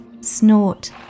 snort